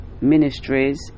Ministries